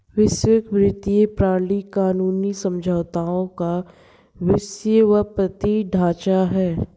वैश्विक वित्तीय प्रणाली कानूनी समझौतों का विश्वव्यापी ढांचा है